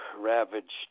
ravaged